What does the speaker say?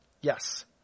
Yes